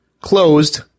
Closed